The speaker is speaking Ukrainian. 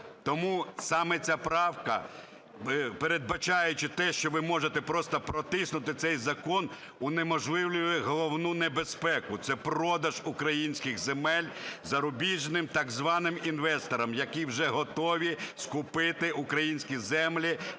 Тому саме ця правка, передбачаючи те, що ви можете просто протиснути цей закон, унеможливлює головну небезпеку - це продаж українських земель зарубіжним так званим інвесторам, які вже готові скупити українські землі